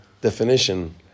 definition